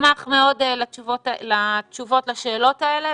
אשמח מאוד לתשובות לשאלות האלה.